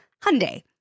Hyundai